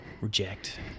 reject